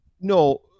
No